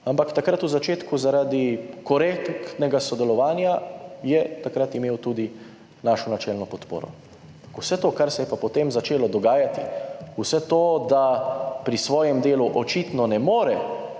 ampak takrat v začetku je zaradi korektnega sodelovanja imel tudi našo načelno podporo. Vse to, kar se je pa potem začelo dogajati, vse to, da pri svojem delu očitno ne more